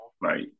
right